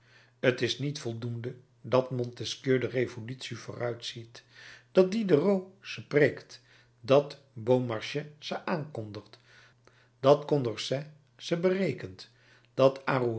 t is niet voldoende dat montesquieu de revolutie vooruit ziet dat diderot ze preekt dat beaumarchais ze aankondigt dat condorcet ze berekent dat